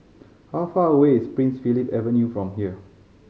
how far away is Prince Philip Avenue from here